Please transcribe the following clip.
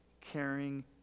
caring